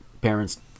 parents